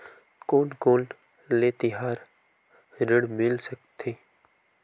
कोन कोन ले तिहार ऋण मिल सकथे?